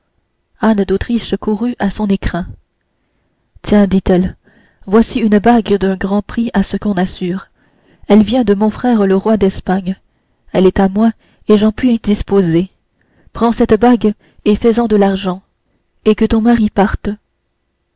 anne d'autriche courut à son écrin tiens dit-elle voici une bague d'un grand prix à ce qu'on assure elle vient de mon frère le roi d'espagne elle est à moi et j'en puis disposer prends cette bague et fais-en de l'argent et que ton mari parte